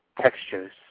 textures